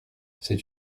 c’est